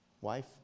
Wife